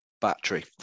battery